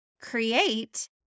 create